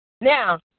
Now